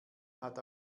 hat